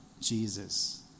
Jesus